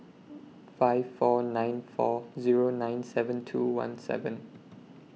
five four nine four Zero nine seven two one seven